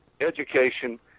education